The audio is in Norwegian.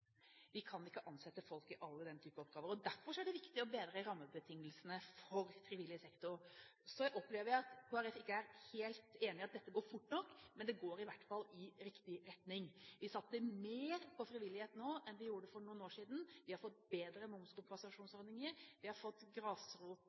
Vi kan ikke ansette folk i alle oppgaver av den typen. Derfor er det viktig å bedre rammebetingelsene for frivillig sektor. Så opplever jeg at Kristelig Folkeparti ikke er helt enig i at dette går fort nok, men det går i hvert fall i riktig retning. Vi satser mer på frivillighet nå enn vi gjorde for noen år siden. Vi har fått bedre